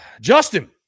Justin